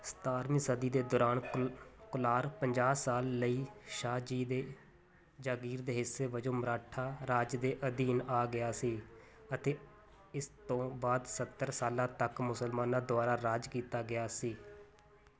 ਸਤਾਰ੍ਹਵੀਂ ਸਦੀ ਦੇ ਦੌਰਾਨ ਕੰ ਕੋਲਾਰ ਪੰਜਾਹ ਸਾਲਾਂ ਲਈ ਸ਼ਾਹ ਜੀ ਦੇ ਜਾਗੀਰ ਦੇ ਹਿੱਸੇ ਵਜੋਂ ਮਰਾਠਾ ਰਾਜ ਦੇ ਅਧੀਨ ਆ ਗਿਆ ਸੀ ਅਤੇ ਇਸ ਤੋਂ ਬਾਅਦ ਸੱਤਰ ਸਾਲਾਂ ਤੱਕ ਮੁਸਲਮਾਨਾਂ ਦੁਆਰਾ ਰਾਜ ਕੀਤਾ ਗਿਆ ਸੀ